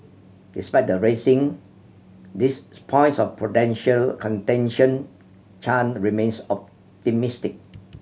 despite raising these points of potential contention Chan remains optimistic